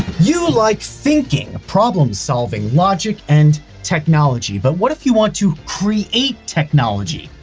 you like thinking. problem solving. logic and technology. but what if you want to create technology,